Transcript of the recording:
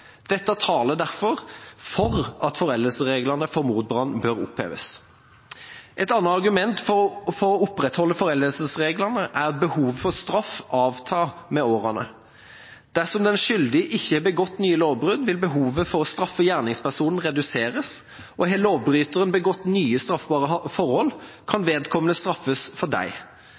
Dette taler derfor for at foreldelsesreglene for mordbrann bør oppheves. Et annet argument for å opprettholde foreldelsesreglene er at behovet for straff avtar med årene. Dersom den skyldige ikke har begått nye lovbrudd, vil behovet for å straffe gjerningspersonen reduseres, og har lovbryteren begått nye straffbare forhold, kan